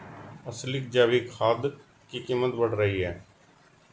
असली जैविक खाद की कीमत बढ़ रही है